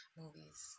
movies